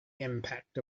impact